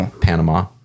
Panama